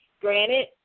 granted